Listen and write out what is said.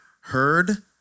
heard